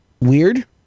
weird